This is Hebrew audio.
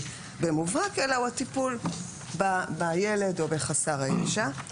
במובהק אלא הוא הטיפול בילד או בחסר הישע.